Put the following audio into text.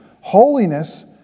holiness